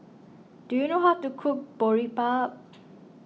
do you know how to cook Boribap